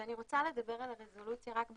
אני רוצה לדבר על הרזולוציה רק במילה.